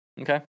Okay